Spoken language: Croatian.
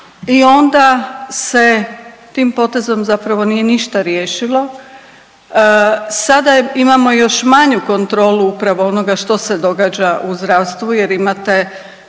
i onda se tim potezom zapravo nije ništa riješilo. Sada je imamo još manju kontrolu upravo onoga što se događa u zdravstvu jer imate